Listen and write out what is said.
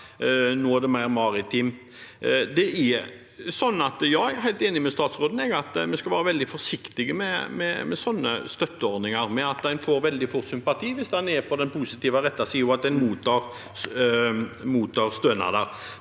nå er mer maritimt. Jeg er helt enig med statsråden i at vi skal være veldig forsiktige med sånne støtteordninger – ved at en veldig fort får sympati hvis en er på den positive, rette siden og mottar stønad.